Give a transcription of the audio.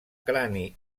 crani